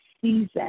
season